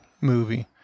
movie